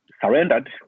surrendered